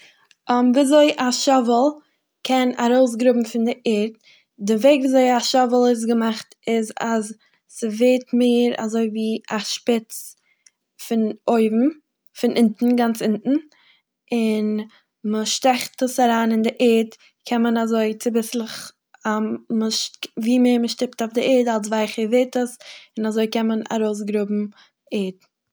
וויזוי א שאוועל קען ארויסגראבן פון די ערד. די וועג וויזוי א שאוועל איז געמאכט איז אז ס'ווערט מער אזויווי א שפיץ פון אויבן- פון אינטן- גאנץ אינטן, און מ'שטעכט עס אריין אין די ערד קען מען אזוי צוביסלעך מ'ש- ווי מער מ'שטיפט אויף די ערד אלץ ווייעכער ווערט עס און אזוי קען מען ארויסגראבן ערד.